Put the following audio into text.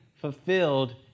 fulfilled